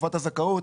לתקופת הזכאות,